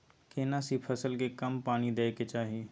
केना सी फसल के कम पानी दैय के चाही?